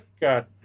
God